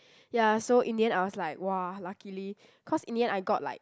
ya so in the end I was like !wah! luckily cause in the end I got like